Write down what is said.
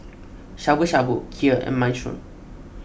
Shabu Shabu Kheer and Minestrone